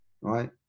right